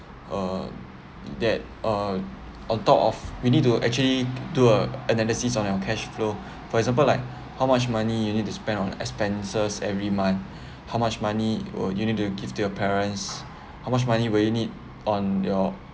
uh that uh on top of we need to actually do a analysis on your cash flow for example like how much money you need to spend on expenses every month how much money will you need to give to your parents how much money will you need on your